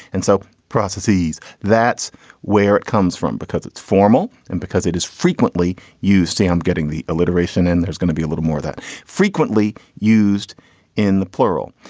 and so processes, that's where it comes from because it's formal and because it is frequently you see, i'm getting the alliteration and there's gonna be a little more frequently used in the plural.